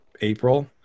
april